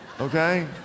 okay